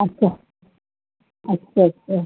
اچھا اچھا اچھا